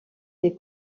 des